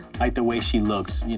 like, the way she looks.